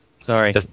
Sorry